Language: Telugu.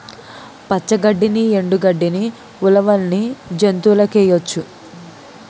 పచ్చ గడ్డిని ఎండు గడ్డని ఉలవల్ని జంతువులకేయొచ్చు